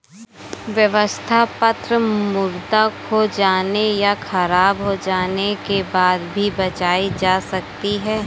व्यवस्था पत्र मुद्रा खो जाने या ख़राब हो जाने के बाद भी बचाई जा सकती है